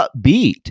upbeat